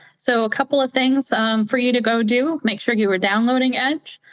so a couple of things for you to go do. make sure you are downloading edge,